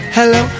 Hello